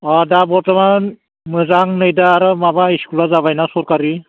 अह दा बर्थमान मोजां नै दा आरो माबा स्कुलआ जाबाय ना सरकारि